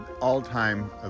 all-time